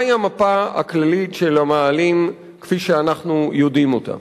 מהי המפה הכללית של המאהלים כפי שאנחנו יודעים אותה?